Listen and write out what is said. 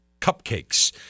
cupcakes